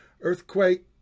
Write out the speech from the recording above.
Earthquake